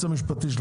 היועץ המשפטי של